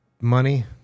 Money